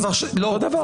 אותו דבר.